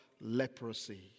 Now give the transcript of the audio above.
leprosy